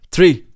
Three